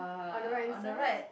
on the right hand side